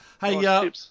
hey